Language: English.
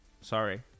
Sorry